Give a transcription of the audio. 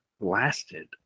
lasted